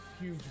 huge